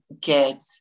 get